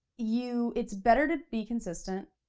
you, it's better to be consistent.